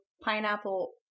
pineapple